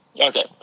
Okay